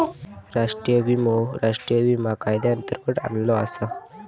राष्ट्रीय विमो राष्ट्रीय विमा कायद्यांतर्गत आणलो आसा